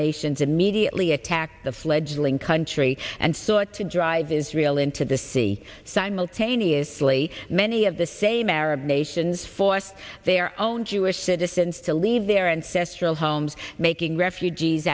nations immediately attacked the fledgling country and sought to drive israel into the sea simultaneously many of the same arab nations force their own jewish citizens to leave their ancestral homes making refugees